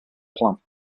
plan